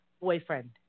boyfriend